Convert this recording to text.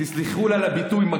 תסלחו לי על הביטוי,